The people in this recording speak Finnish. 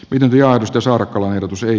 pidempi ahdistus or laihdutus ei